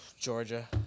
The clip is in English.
Georgia